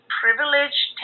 privileged